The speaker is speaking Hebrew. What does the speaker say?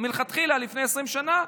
מלכתחילה לפני 20 שנה,